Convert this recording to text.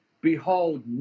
behold